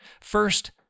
First